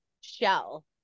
shell